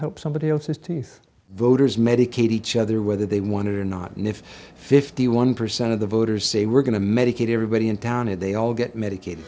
help somebody else's teeth voters medicaid each other whether they want to or not and if fifty one percent of the voters say we're going to medicaid everybody in town and they all get medicaid